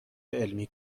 علمی